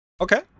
Okay